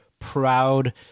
proud